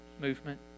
movement